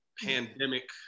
pandemic